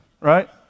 right